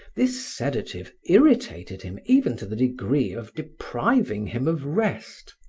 this sedative irritated him even to the degree of depriving him of rest.